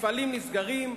מפעלים נסגרים,